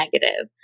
negative